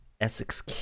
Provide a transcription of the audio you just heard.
essex